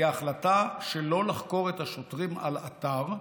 כי ההחלטה שלא לחקור את השוטרים על אתר,